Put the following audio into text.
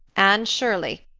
anne shirley,